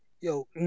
Yo